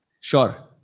Sure